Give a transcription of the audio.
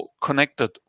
connected